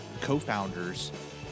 co-founders